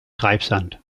treibsand